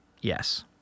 Yes